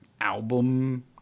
album